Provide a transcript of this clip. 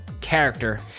character